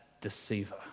deceiver